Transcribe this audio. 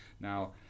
Now